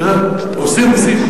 עושים, עושים.